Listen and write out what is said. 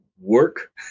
work